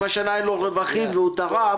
אם השנה אין לו רווחים והוא תרם,